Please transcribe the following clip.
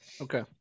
Okay